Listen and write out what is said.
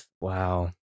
wow